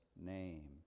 name